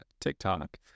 TikTok